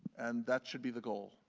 and that should be the goal.